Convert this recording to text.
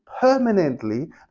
permanently